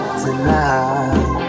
tonight